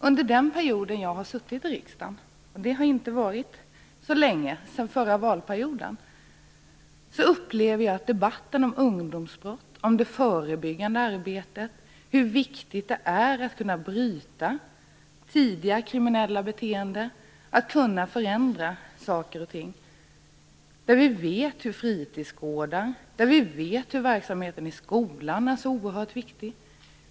Under den tid som jag har suttit i riksdagen - det har inte varit så länge, sedan förra valperioden - har jag upplevt att vi är överens i justitieutskottet när vi debatterar ungdomsbrott. Det har vi gjort vid en mängd tillfällen. Vi har diskuterat hur viktigt det förebyggande arbetet är, att det är viktigt att kunna bryta tidiga kriminella beteenden, att kunna förändra saker och ting. Vi vet att fritidsgårdar och verksamheten i skolan är oerhört viktig.